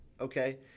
Okay